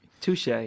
Touche